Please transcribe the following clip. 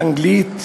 אנגלית,